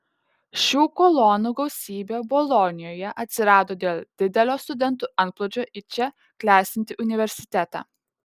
šių kolonų gausybė bolonijoje atsirado dėl didelio studentų antplūdžio į čia klestinti universitetą